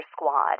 squad